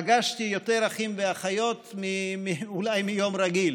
פגשתי יותר אחים ואחיות אולי מיום רגיל,